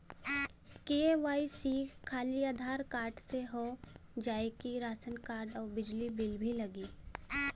KYC खाली Aadhaar card से हो जाए कि राशन कार्ड अउर बिजली बिल भी लगी?